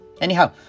Anyhow